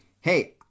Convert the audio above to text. hey